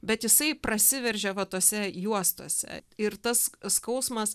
bet jisai prasiveržė va tose juostose ir tas skausmas